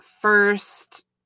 first